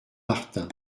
martin